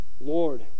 Lord